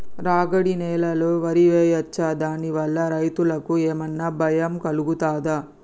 రాగడి నేలలో వరి వేయచ్చా దాని వల్ల రైతులకు ఏమన్నా భయం కలుగుతదా?